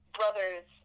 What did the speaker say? brothers